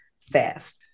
fast